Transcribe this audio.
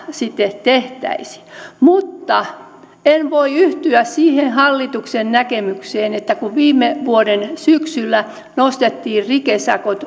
sitten tehtäisi mutta en voi yhtyä siihen hallituksen näkemykseen että kun viime vuoden syksyllä nostettiin rikesakot